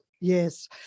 Yes